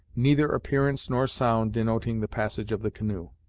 neither appearance nor sound denoting the passage of the canoe.